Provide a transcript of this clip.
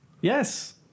Yes